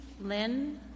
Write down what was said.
Lynn